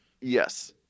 Yes